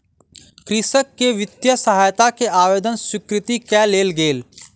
कृषक के वित्तीय सहायता के आवेदन स्वीकृत कय लेल गेल